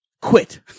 Quit